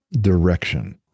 direction